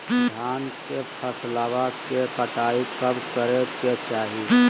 धान के फसलवा के कटाईया कब करे के चाही?